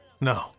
No